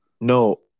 No